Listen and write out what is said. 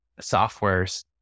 softwares